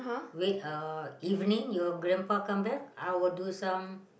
wait uh evening your grandpa come back I will do some